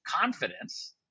confidence